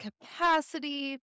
capacity